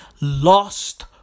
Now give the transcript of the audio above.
lost